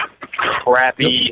crappy